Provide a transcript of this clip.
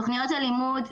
תוכניות הלימוד,